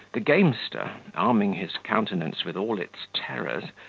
the gamester, arming his countenance with all its terrors,